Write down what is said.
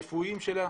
ברפואיים שלה.